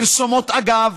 פרסומות אגב,